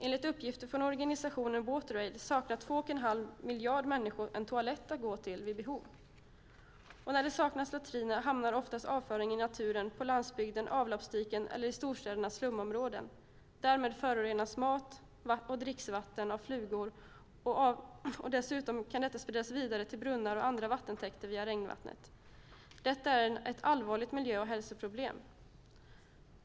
Enligt uppgifter från organisationen Wateraid saknar två och en halv miljard människor en toalett att gå till vid behov. När det saknas latriner hamnar oftast avföringen i naturen på landsbygden, i avloppsdiken eller i storstädernas slumområden. Därmed förorenas mat och dricksvatten av flugor, och dessutom kan detta spridas vidare till brunnar och andra vattentäkter via regnvattnet. Detta är ett allvarligt miljö och hälsoproblem.